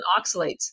oxalates